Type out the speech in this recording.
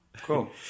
cool